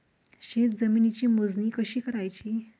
शेत जमिनीची मोजणी कशी करायची?